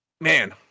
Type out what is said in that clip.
Man